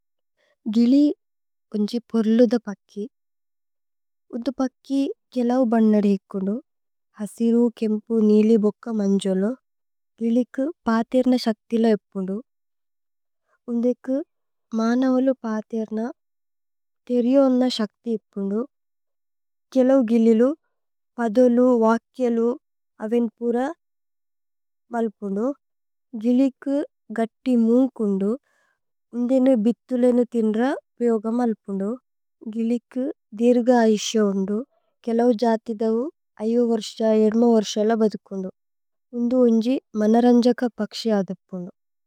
ഗിലി പന്ജിപോര്ലുധ പക്കി ഉദു പക്കി കേലൌ। ബന്നദി ഇക്കുന്ദു ഹസിരു കേമ്പു നീലി ബോക്ക। മന്ജുലു ഗിലി കു പഥേര്ന ശക്തില ഏക്പുന്ദു। ഉദേ കു മനവലു പഥേര്ന തേരിയോന്ന ശക്തി। ഏക്പുന്ദു കേലൌ ഗിലി ലു പദോലു। വക്കി ലു അവേന്പുര മല്പുന്ദു। ഗിലി കു ഗത്തി മുന്കുന്ദു ഉദേ നു ബിഥുലേനോ। തിന്ദ്ര വ്യേഓഗമ് മല്പുന്ദു ഗിലി കു ദിര്ഗേ ഐശ ഉന്ദു കേലൌ ജഥിദവു ഐയോ വര്ശ്യ। ഏദ്മ വര്ശ്യ ലബദുകുന്ദു ഉദു ഉന്ജി। മനരന്ജക പക്ശി അദപുന്ദു।